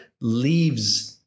leaves